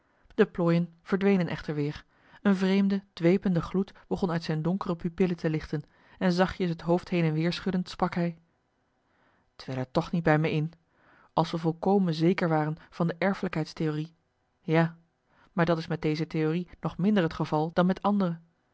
de plooien verdwenen echter weer een vreemde dwepende gloed begon uit zijn donkere pupillen te lichten en zachtjes het hoofd heen en weer schuddend sprak hij t wil er toch niet bij me in als we volkomen zeker waren van de erfelijkheidstheorie ja maar dat is met deze theorie nog minder het geval dan marcellus emants een nagelaten bekentenis met andere